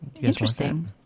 interesting